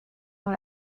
dans